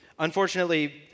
Unfortunately